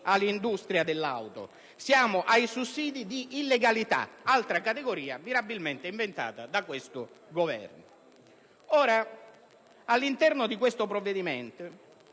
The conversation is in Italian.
all'industria dell'auto! Siamo ai sussidi di illegalità, altra categoria mirabilmente inventata da questo Governo. All'interno di questo provvedimento